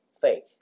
fake